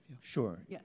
Sure